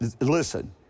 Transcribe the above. listen